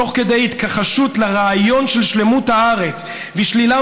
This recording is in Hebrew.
תוך כדי התכחשות לרעיון של שלמות הארץ ושלילה